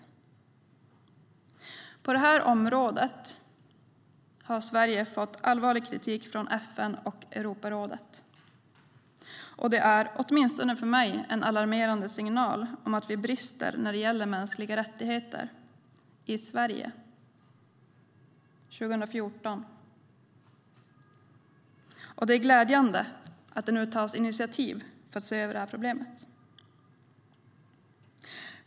På det här området har Sverige fått allvarlig kritik från FN och Europarådet. Det är åtminstone för mig en alarmerande signal om att vi brister när det gäller mänskliga rättigheter i Sverige 2014. Det är glädjande att det nu tas initiativ för att se över problemet.